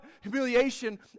humiliation